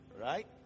right